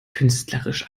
künstlerisch